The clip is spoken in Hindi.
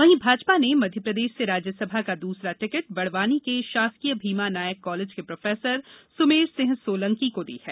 वहीं भाजपा ने मध्यप्रदेष से राज्यसभा का दुसरा टिकट बडवानी के शासकीय भीमा नायक कॉलेज के प्रोफेसर सुमेर सिंह सोलंकी को दी है